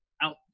out